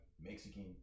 Mexican